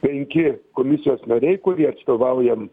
penki komisijos nariai kurie atstovaujam